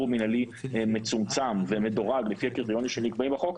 מינהלי מצומצם ומדורג לפי הקריטריונים שנקבעים בחוק,